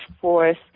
force